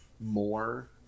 more